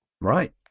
Right